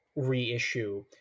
reissue